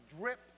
drip